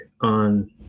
on